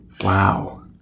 Wow